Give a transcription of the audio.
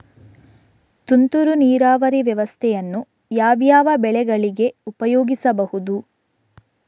ತುಂತುರು ನೀರಾವರಿ ವ್ಯವಸ್ಥೆಯನ್ನು ಯಾವ್ಯಾವ ಬೆಳೆಗಳಿಗೆ ಉಪಯೋಗಿಸಬಹುದು?